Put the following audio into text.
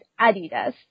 Adidas